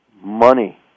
Money